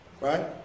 Right